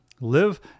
Live